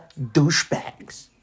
douchebags